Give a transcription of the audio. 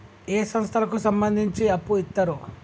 ఏ సంస్థలకు సంబంధించి అప్పు ఇత్తరు?